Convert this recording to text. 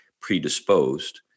predisposed